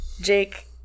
Jake